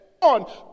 on